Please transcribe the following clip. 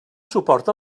suport